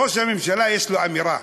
ראש הממשלה יש לו אמירה,